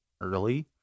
early